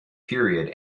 period